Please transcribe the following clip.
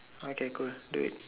okay cool do it